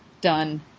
done